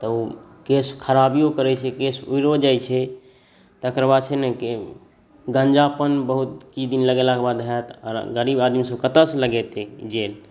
तऽ ओ केश खराबिओ करै छै केश उड़िओ जाइ छै तकर बाद छै ने कि गञ्जापन बहुत किछु दिन लगेलाके बाद हैत आओर गरीब आदमीसब कतऽसँ लगेतै जेल